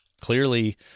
clearly